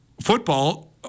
football